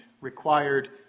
required